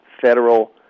federal